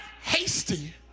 hasty